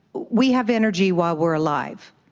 we have energy while we're alive.